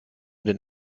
den